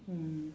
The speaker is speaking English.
mm